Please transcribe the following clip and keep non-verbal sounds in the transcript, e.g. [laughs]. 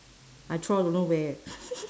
I throw don't know where [laughs]